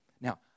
Now